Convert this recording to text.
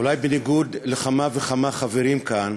אולי בניגוד לכמה וכמה חברים כאן,